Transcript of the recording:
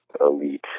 elite